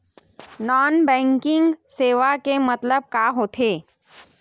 Non banking सेवा के मतलब का होथे?